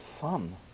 fun